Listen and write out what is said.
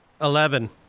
Eleven